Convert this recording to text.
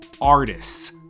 artists